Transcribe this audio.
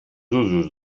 usos